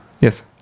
Yes